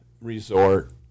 resort